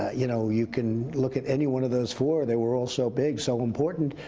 you know, you can look at any one of those four, they were all so big, so important.